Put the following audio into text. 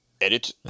Edit